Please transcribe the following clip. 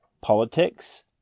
politics